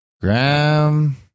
Graham